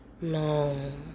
No